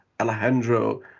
Alejandro